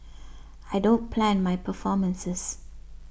I don't plan my performances